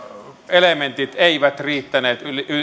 elementit eivät riittäneet